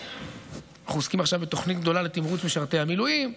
אנחנו עוסקים עכשיו בתוכנית גדולה לתמרוץ משרתי המילואים,